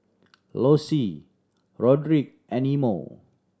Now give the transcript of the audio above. Lossie Roderick and Imo